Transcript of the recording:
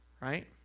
right